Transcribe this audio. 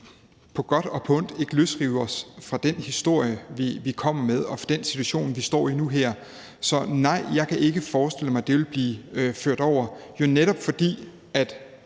på godt og ondt ikke løsrive os fra den historie, vi kommer med, og fra den situation, vi står i nu. Så nej, jeg kan ikke forestille mig, at det ville blive ført over, netop fordi